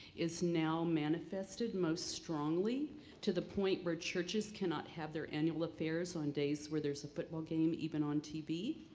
is now manifested most strongly to the point where churches cannot have their annual affairs on days where there's a football game even on tv